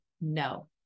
No